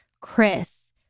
Chris